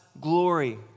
glory